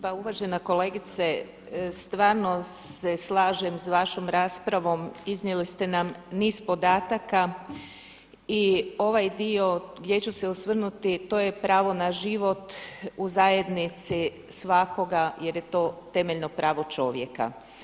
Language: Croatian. Pa uvažena kolegice stvarno se slažem s vašom raspravom, iznijeli ste nam niz podataka i ovaj dio gdje ću se osvrnuti to je pravo na život u zajednici svakoga jer je to temeljno pravo čovjeka.